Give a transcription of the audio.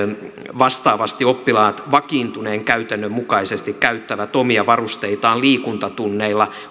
vastaavasti oppilaat vakiintuneen käytännön mukaisesti käyttävät omia varusteitaan liikuntatunneilla